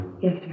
Yes